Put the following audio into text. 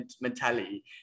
mentality